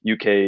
uk